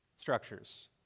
structures